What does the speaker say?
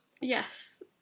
yes